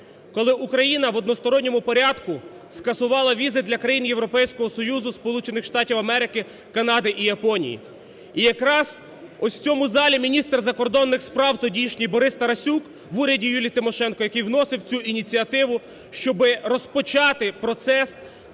коли Україна в односторонньому порядку скасувала візи для країн Європейського Союзу, Сполучених Штатів Америки, Канади і Японії. І якраз ось в цьому залі міністр закордонних справ тодішній Борис Тарасюк в уряді Юлії Тимошенко, який вносив цю ініціативу, щоб розпочати процес